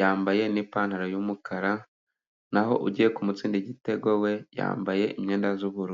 Yambaye n'ipantaro y'umukara naho ugiye kumutsinda igitego we yambaye imyenda y'ubururu.